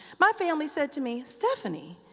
my family said to me, stephanie,